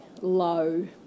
low